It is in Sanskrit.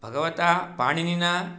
भगवता पाणिनिना